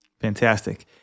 Fantastic